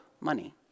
money